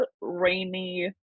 rainy